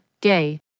gay